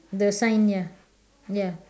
the sign ya ya